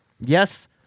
yes